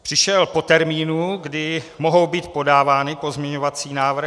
Přišel po termínu, kdy mohou být podávány pozměňovací návrhy.